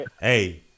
Hey